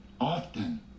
Often